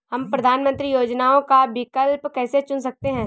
हम प्रधानमंत्री योजनाओं का विकल्प कैसे चुन सकते हैं?